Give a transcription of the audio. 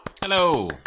Hello